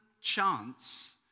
chance